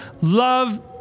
love